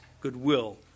goodwill